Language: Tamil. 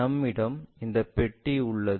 நம்மிடம் இந்த பெட்டி உள்ளது